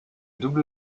double